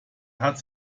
hat